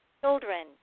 children